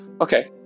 Okay